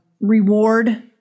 reward